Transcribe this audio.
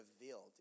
revealed